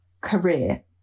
career